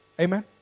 Amen